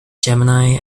gemini